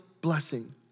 blessing